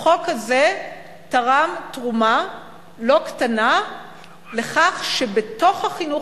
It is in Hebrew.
החוק הזה תרם תרומה לא קטנה לכך שבתוך החינוך